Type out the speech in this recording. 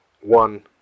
one